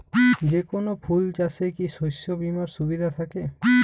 যেকোন ফুল চাষে কি শস্য বিমার সুবিধা থাকে?